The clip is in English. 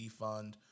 defund